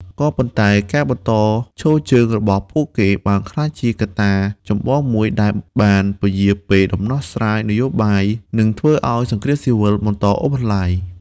ក៏ប៉ុន្តែការបន្តឈរជើងរបស់ពួកគេបានក្លាយជាកត្តាចម្បងមួយដែលបានពន្យារពេលដំណោះស្រាយនយោបាយ និងធ្វើឱ្យសង្គ្រាមស៊ីវិលបន្តអូសបន្លាយ។